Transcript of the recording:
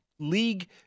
League